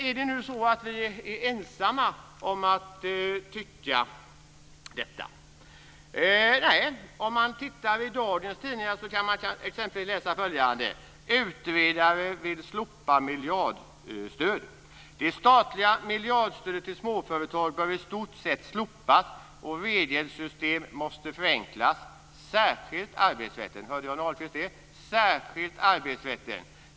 Är det nu så att vi är ensamma om att tycka detta? Nej, i dagens tidningar kan man exempelvis se följande rubrik: "Utredare vill slopa miljardstöd." Så kan vi läsa: "Det statliga miljardstödet till småföretag bör i stort sett slopas och regelsystemen måste förenklas, särskilt arbetsrätten." Hörde Johnny Ahlqvist det - särskilt arbetsrätten?